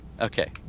Okay